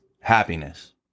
happiness